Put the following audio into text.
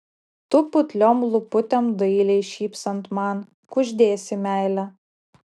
tu putliom lūputėm dailiai šypsant man kuždėsi meilę